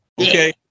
Okay